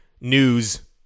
news